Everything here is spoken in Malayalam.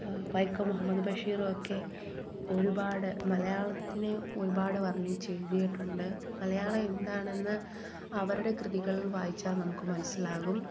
വൈക്കം മുഹമ്മദ് ബഷീർ ഒക്കെ ഒരുപാട് മലയാളത്തിനെ ഒരുപാട് വർണ്ണിച്ച് എഴുതിയിട്ടുണ്ട് മലയാളം എന്താണെന്ന് അവരുടെ കൃതികൾ വായിച്ചാൽ നമുക്ക് മനസ്സിലാകും